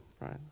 right